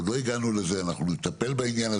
עוד לא הגענו לעניין הזה ואנחנו נטפל בו.